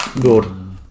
Good